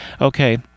Okay